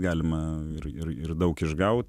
galima ir ir daug išgauti